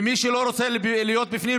ומי שלא רוצה להיות בפנים,